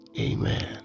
Amen